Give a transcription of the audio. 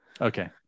Okay